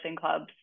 clubs